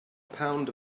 pound